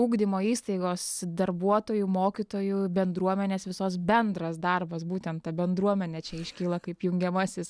ugdymo įstaigos darbuotojų mokytojų bendruomenės visos bendras darbas būtent ta bendruomenė čia iškyla kaip jungiamasis